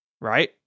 Right